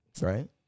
Right